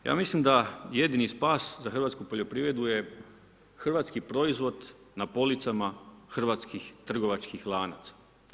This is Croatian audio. I ja mislim da jedini spas za hrvatsku poljoprivredu je hrvatski proizvod na policama hrvatskih trgovačkih lanaca.